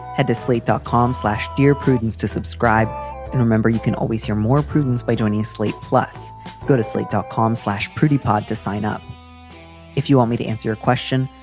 had to slate dot com slash. dear prudence to subscribe. and remember, you can always hear more prudence by joining slate. plus go to sleep dot com slash pretty pod to sign up if you want me to answer your question.